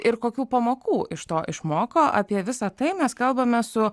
ir kokių pamokų iš to išmoko apie visa tai mes kalbame su